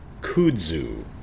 Kudzu